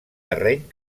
terreny